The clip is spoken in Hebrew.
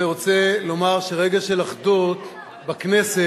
אני רוצה לומר שרגע של אחדות בכנסת